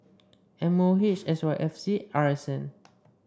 M O H S Y F C R S N